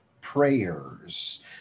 prayers